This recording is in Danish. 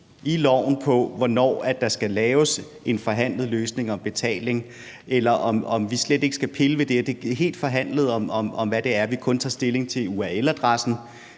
i loven på, hvornår der skal laves en forhandlet løsning om betaling, eller om vi slet ikke skal pille ved det og kun forhandle om url-adressen,